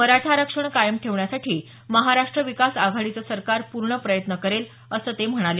मराठा आरक्षण कायम ठेवण्यासाठी महाराष्ट्र विकास आघाडीचं सरकार पूर्ण प्रयत्न करेल असं ते म्हणाले